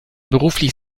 beruflich